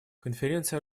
конференция